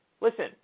listen